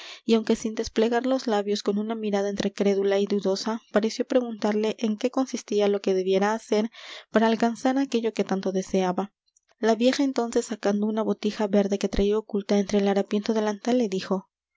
y aunque sin desplegar los labios con una mirada entre crédula y dudosa pareció preguntarle en qué consistía lo que debiera hacer para alcanzar aquello que tanto deseaba la vieja entonces sacando una botija verde que traía oculta entre el harapiento delantal le dijo